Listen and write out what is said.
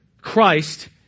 Christ